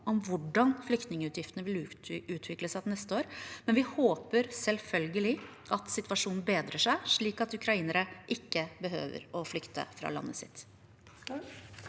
om hvordan flyktningutgiftene vil utvikle seg til neste år, men vi håper selvfølgelig at situasjonen bedrer seg, slik at ukrainere ikke behøver å flykte fra landet sitt.